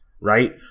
right